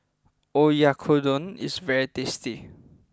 Oyakodon is very tasty